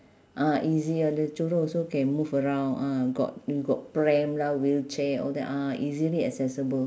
ah easier the children also can move around ah got you got pram lah wheelchair all that ah easily accessible